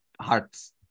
hearts